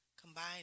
combine